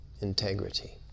Integrity